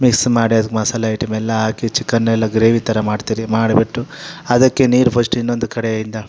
mix ಮಾಡಿ ಅದಕ್ಕೆ ಮಸಾಲೆ ಐಟೆಮ್ ಎಲ್ಲ ಹಾಕಿ ಚಿಕನ್ ಎಲ್ಲ ಗ್ರೇವಿ ಥರ ಮಾಡ್ತೀರಿ ಮಾಡಿಬಿಟ್ಟು ಅದಕ್ಕೆ ನೀರು ಫಸ್ಟ್ ಇನ್ನೊಂದು ಕಡೆಯಿಂದ